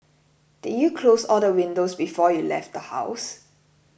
did you close all the windows before you left the house